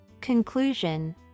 Conclusion